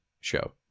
show